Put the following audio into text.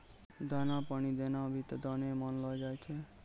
दाना पानी देना भी त दाने मानलो जाय छै